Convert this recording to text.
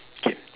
K